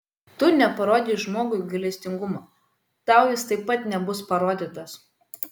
tu neparodei žmogui gailestingumo tau jis taip pat nebus parodytas